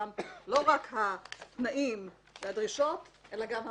לא רק התנאים והדרישות אלא גם המסמכים.